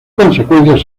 consecuencias